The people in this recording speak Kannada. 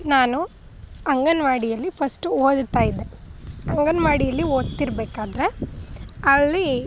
ನಾನು ಅಂಗನವಾಡಿಯಲ್ಲಿ ಫಷ್ಟು ಓದುತ್ತಾ ಇದ್ದೆ ಅಂಗನವಾಡಿಯಲ್ಲಿ ಓದ್ತಿರಬೇಕಾದ್ರೆ ಅಲ್ಲಿ